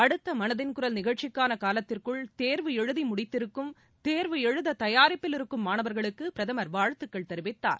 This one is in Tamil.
அடுத்த மனதின் குரல் நிகழ்ச்சிக்கான காலத்திற்குள் தேர்வு எழுதி முடித்திருக்கும் தேர்வு எழுத தயாரிப்பில் இருக்கும் மாணவர்களுக்கு பிரதமர் வாழ்த்துகள் தெரிவித்தார்